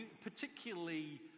particularly